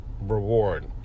reward